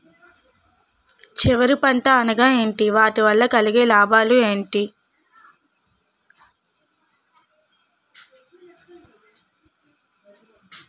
చివరి పంట అనగా ఏంటి వాటి వల్ల కలిగే లాభాలు ఏంటి